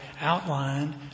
outlined